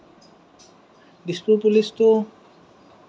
Dispur পুলিচতো